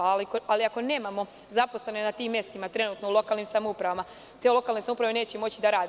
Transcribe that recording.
Ali, ako nemamo zaposlene na tim mestima trenutno u lokalnim samoupravama, te lokalne samouprave neće moći da rade.